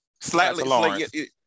Slightly